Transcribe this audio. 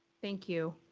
thank you.